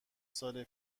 سال